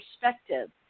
perspective